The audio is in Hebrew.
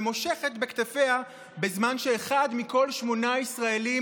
ומושכת בכתפיה בזמן שאחד מכל שמונה ישראלים